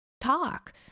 talk